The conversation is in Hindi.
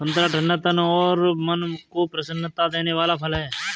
संतरा ठंडा तन और मन को प्रसन्नता देने वाला फल है